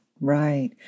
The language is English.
Right